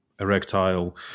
erectile